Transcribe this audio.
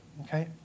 okay